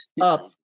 Up